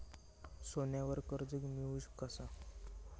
सोन्यावर कर्ज मिळवू कसा?